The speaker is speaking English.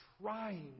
trying